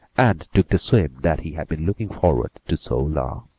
and took the swim that he had been looking forward to so long.